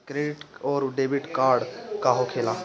Credit आउरी debit card का होखेला?